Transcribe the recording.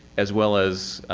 as well as